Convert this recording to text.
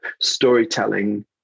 storytelling